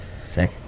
Sick